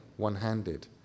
one-handed